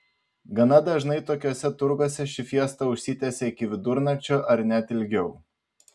gana dažnai tokiuose turguose ši fiesta užsitęsia iki vidurnakčio ar net ilgiau